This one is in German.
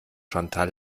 chantal